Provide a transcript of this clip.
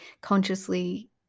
consciously